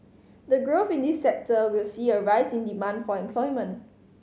the growth in this sector will see a rise in demand for employment